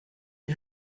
les